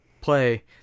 play